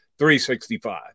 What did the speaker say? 365